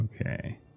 Okay